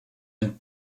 and